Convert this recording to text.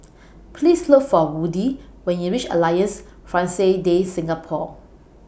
Please Look For Woody when YOU REACH Alliance Francaise De Singapour